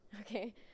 Okay